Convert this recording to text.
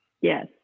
Yes